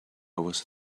was